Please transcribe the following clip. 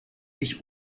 sich